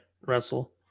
wrestle